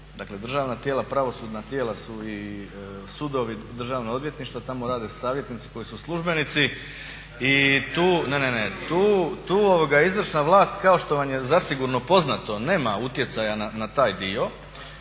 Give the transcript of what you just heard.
Dakle državna tijela, pravosudna tijela su i sudovi, državno odvjetništvo, tamo rade savjetnici koji su službenici i tu izvršna vlast kao što vam je zasigurno poznato nema utjecaja na taj dio,